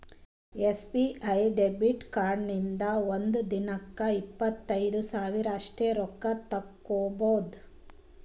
SBI debit ಕಾರ್ಡ್ಲಿಂತ ಒಂದ್ ದಿನಕ್ಕ ಇಪ್ಪತ್ತೈದು ಸಾವಿರ ಅಷ್ಟೇ ರೊಕ್ಕಾ ತಕ್ಕೊಭೌದು